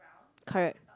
correct